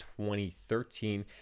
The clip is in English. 2013